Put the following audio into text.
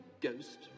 Ghost